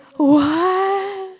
what